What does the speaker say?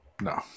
No